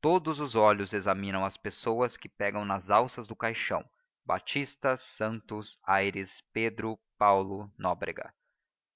todos os olhos examinam as pessoas que pegam nas alças do caixão batista santos aires pedro paulo nóbrega